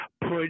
put